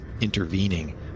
intervening